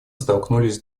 столкнулись